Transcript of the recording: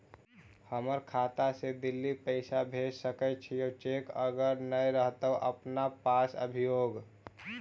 हमर खाता से दिल्ली पैसा भेज सकै छियै चेक अगर नय रहतै अपना पास अभियोग?